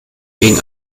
wegen